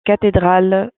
cathédrale